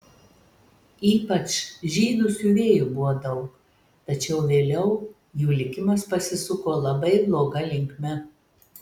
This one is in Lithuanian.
ypač žydų siuvėjų buvo daug tačiau vėliau jų likimas pasisuko labai bloga linkme